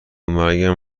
مرگم